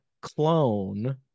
clone